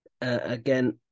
again